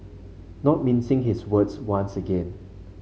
not mincing his words once again